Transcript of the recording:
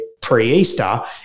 pre-Easter